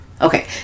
okay